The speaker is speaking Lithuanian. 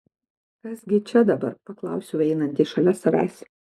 kas gi čia dabar paklausiau einantį šalia savęs